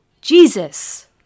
Jesus